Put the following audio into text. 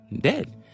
dead